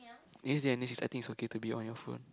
in this day and age I think it's okay to be on your phone